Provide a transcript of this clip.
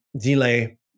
delay